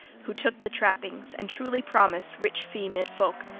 who took the trappings, and truly promised rich fee mid folk,